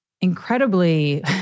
incredibly